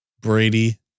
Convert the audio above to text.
Brady